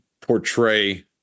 portray